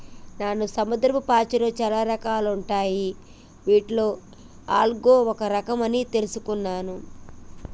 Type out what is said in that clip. నాను సముద్రపు పాచిలో చాలా రకాలుంటాయి వాటిలో ఆల్గే ఒక రఖం అని తెలుసుకున్నాను